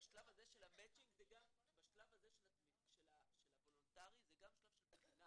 בשלב הזה של הוולונטרי זה גם שלב של בחינה.